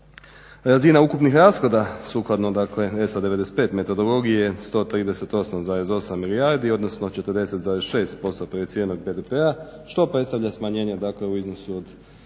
Razina ukupnih rashoda sukladno dakle ESA 95 metodologije 138,8 milijardi, odnosno 40,6% cijelog BDP-a što predstavlja smanjenje dakle u iznosu od